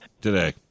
today